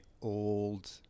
old